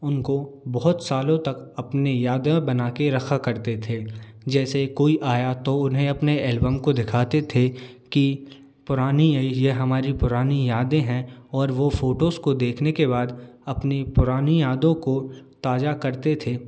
उनको बहुत सालों तक अपनी यादें बना कर रखा करते थे जैसे कोई आया तो उन्हें अपने एल्बम को दिखाते थे कि पुरानी ये लिए हमारी पुरानी यादें हैं और वो फोटोस को देखने के बाद अपनी पुरानी यादों को ताज़ा करते थे